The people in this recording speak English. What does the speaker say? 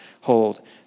hold